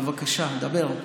בבקשה, דבר.